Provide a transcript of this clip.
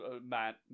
man